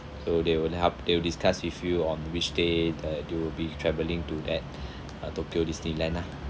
so they will help they will discuss with you on which day the they will be travelling to that uh tokyo Disneyland lah